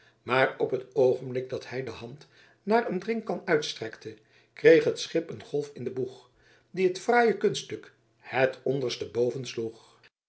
maar op het oogenblik dat hij de hand naar een drinkkan uitstrekte kreeg het schip een golf in den boeg die het fraaie kunststuk het onderst